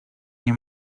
nie